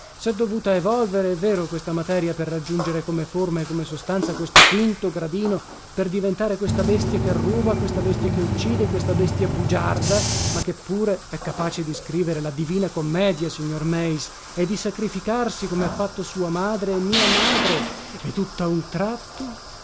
sè dovuta evolvere è vero questa materia per raggiungere come forma e come sostanza questo quinto gradino per diventare questa bestia che ruba questa bestia che uccide questa bestia bugiarda ma che pure è capace di scrivere la divina commedia signor meis e di sacrificarsi come ha fatto sua madre e mia madre e tutta un tratto